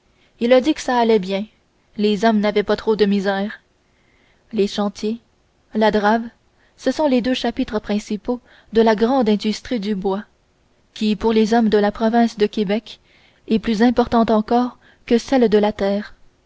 il a dit que ça allait bien les hommes n'avaient pas trop de misère les chantiers la drave ce sont les deux chapitres principaux de la grande industrie du bois qui pour les hommes de la province de québec est plus importante encore que celle de la terre